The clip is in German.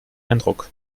eindruck